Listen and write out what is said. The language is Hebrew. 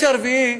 והנושא הרביעי,